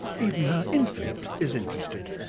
even her infant is interested.